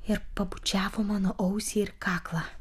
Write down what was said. ir pabučiavo mano ausį ir kaklą